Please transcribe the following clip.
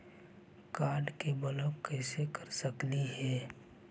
Card के block कैसे कर सकली हे?